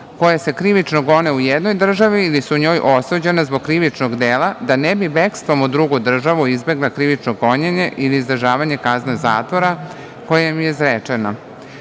koja se krivično gone u jednoj državi ili su u njoj osuđena zbog krivičnog dela, da ne bi bekstvom u drugu državu izbegla krivično gonjenje ili izdržavanje kazne zatvora koja je